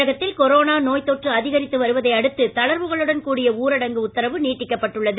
தமிழகத்தில் கொரோனா நோய்த் தொற்று அதிகரித்து வருவதையடுத்து தளர்வுகளுடன் ஊரடங்கு உத்தரவு நீட்டிக்கப்பட்டுள்ளது